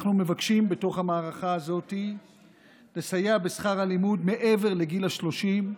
אנחנו מבקשים בתוך המערכת הזאת לסייע בשכר הלימוד מעבר לגיל 30,